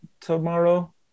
tomorrow